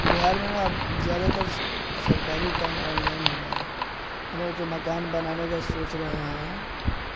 بہار میں نا اب زیادہ تر سرکاری کام آنلائن ہو گئے ہیں مطلب تو مکان بنانے کا سوچ رہا ہے